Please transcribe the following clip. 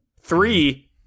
Three